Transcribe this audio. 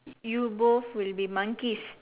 you both will be monkeys